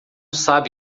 sabe